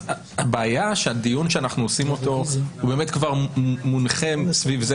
אז הבעיה שהדיון שאנחנו עושים הוא באמת כבר מונחה סביב זה